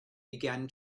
began